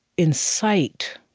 incite